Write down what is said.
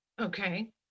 okay